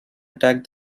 attack